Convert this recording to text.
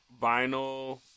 vinyl